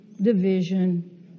division